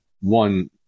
one